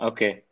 Okay